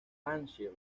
hampshire